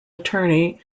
attorney